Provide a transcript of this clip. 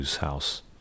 house